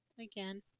again